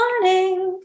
morning